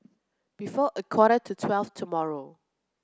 before a quarter to twelve tomorrow